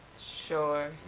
Sure